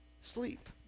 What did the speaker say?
sleep